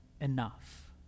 enough